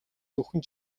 зөвхөн